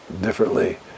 differently